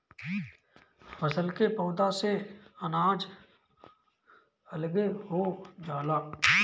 फसल के पौधा से अनाज अलगे हो जाला